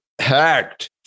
hacked